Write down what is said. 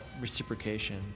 reciprocation